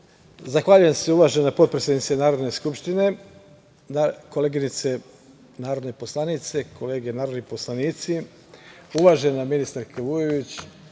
Zahvaljujem se. Uvažena potpredsednice Narodne skupštine, koleginice narodne poslanice, kolege narodni poslanici, uvažena ministarko Vujović,